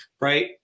right